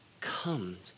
comes